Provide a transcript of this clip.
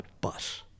bus